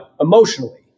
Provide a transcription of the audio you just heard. emotionally